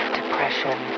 Depression